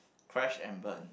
crash and burn